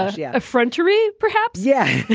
ah yeah, effrontery perhaps. yeah,